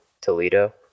toledo